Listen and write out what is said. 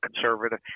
conservative